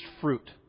fruit